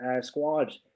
squad